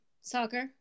soccer